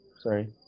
Sorry